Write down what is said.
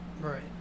right